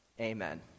amen